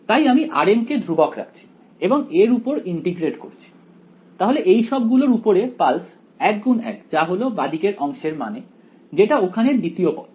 তাই আমি rm কে ধ্রুবক রাখছি এবং এর উপর ইন্টিগ্রেট করছি তাহলে এই সব গুলোর উপরে পালস 1 গুণ 1 যা হল বাঁদিকের অংশের মানে যেটা ওখানের দ্বিতীয় পদ